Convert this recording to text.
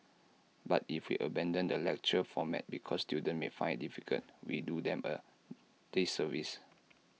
but if we abandon the lecture format because students may find IT difficult we do them A disservice